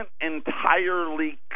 entirely